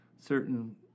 certain